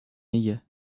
ایه